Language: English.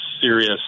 serious